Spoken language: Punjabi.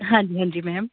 ਹਾਂਜੀ ਹਾਂਜੀ ਮੈਮ